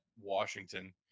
Washington